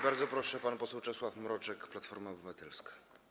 Bardzo proszę, pan poseł Czesław Mroczek, Platforma Obywatelska.